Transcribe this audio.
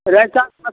रैंचा